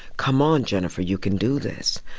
come on, jenifer, you can do this.